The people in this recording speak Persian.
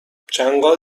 چنگال